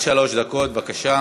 עד שלוש דקות, בבקשה.